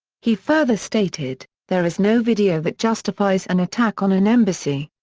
he further stated, there is no video that justifies an attack on an embassy.